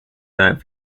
that